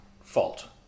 fault